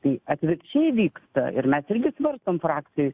tai atvirkščiai vyksta ir mes irgi svarstom frakcijoj